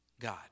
God